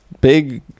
big